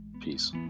peace